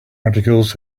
articles